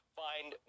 find